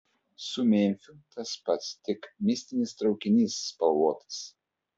su memfiu tas pats tik mistinis traukinys spalvotas